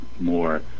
more